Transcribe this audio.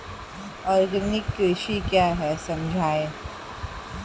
Organic कृषि क्या है समझाइए?